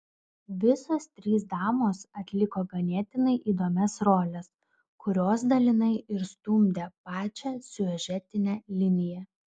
visos trys damos atliko ganėtinai įdomias roles kurios dalinai ir stumdė pačią siužetinę liniją